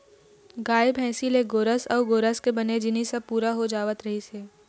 गाय, भइसी ले गोरस अउ गोरस के बने जिनिस ह पूरा हो जावत रहिस हे